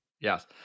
Yes